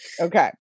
Okay